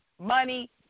Money